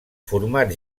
format